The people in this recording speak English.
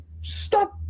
stop